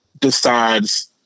decides